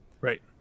Right